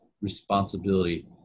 responsibility